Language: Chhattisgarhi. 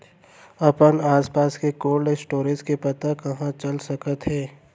अपन आसपास के कोल्ड स्टोरेज के पता कहाँ चल सकत हे?